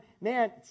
man